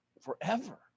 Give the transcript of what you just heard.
forever